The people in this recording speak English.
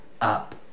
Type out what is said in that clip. up